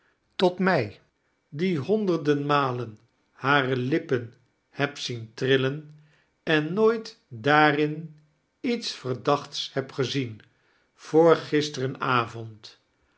tot mij die honderden malm hane lippen heb zien trillen eti nooit daarin iets verdachts heb gezietn voor